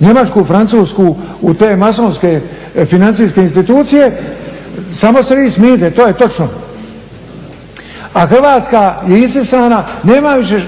Njemačku, Francusku u te masonske financijske institucije, samo se vi smijte to je točno, a Hrvatska je isisana,